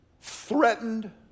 threatened